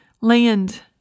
land